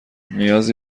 نیازی